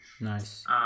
Nice